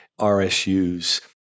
RSUs